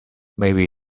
maybe